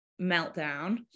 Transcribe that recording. meltdown